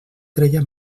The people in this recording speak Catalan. treia